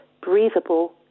breathable